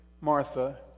Martha